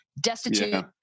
destitute